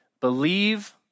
believe